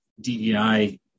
DEI